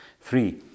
Three